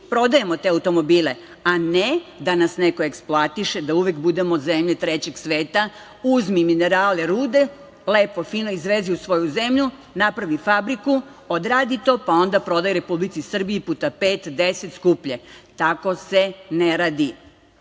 prodajemo te automobile, a ne da nas neko eksploatiše, da uvek budemo zemlja trećeg sveta, uzmi minerale, rude, lepo fino izvezi u svoju zemlju, napravi fabriku, odradi to, pa onda prodaj Republici Srbiji puta pet, 10 puta skuplje. Tako se ne radi. Rio